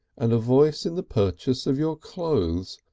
and a voice in the purchase of your clothes,